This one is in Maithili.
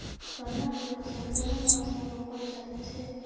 गन्ना के फसल केना मास मे रोपल जायत छै?